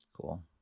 cool